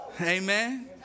Amen